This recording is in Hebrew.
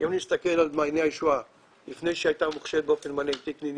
אבל זה ברור שכמעט כל הדברים שהעליתי פה הם דברים סטנדרטיים,